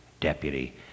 deputy